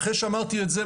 אחרי שאמרתי את זה,